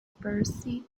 percy